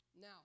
Now